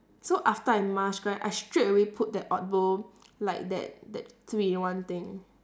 so after I mask right I straightaway put that odbo like that that three in one thing